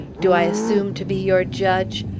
do i assume to be your judge?